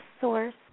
source